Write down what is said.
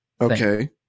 Okay